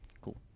cool